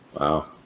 Wow